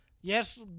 yes